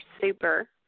super